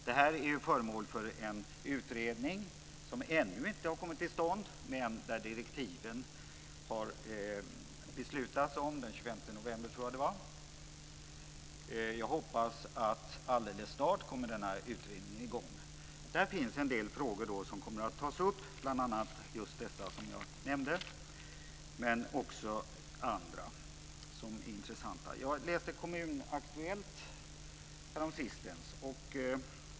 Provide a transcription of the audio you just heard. Dessa frågor ska bli föremål för en utredning som ännu inte har kommit till stånd, men där man har beslutat om direktiven. Det gjorde man den 25 november, tror jag. Jag hoppas att denna utredning kommer i gång alldeles snart. Där kommer en del frågor att tas upp, bl.a. just dessa som jag nämnde, men också andra som är intressanta. Jag läste Kommun-Aktuellt häromsistens.